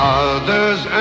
others